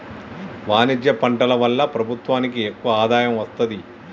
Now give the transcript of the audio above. వాణిజ్య పంటల వల్ల ప్రభుత్వానికి ఎక్కువ ఆదాయం వస్తది